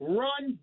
run